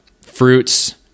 fruits